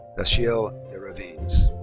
dashiell desravines.